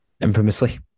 infamously